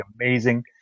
amazing